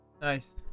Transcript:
Nice